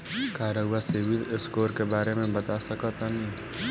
का रउआ सिबिल स्कोर के बारे में बता सकतानी?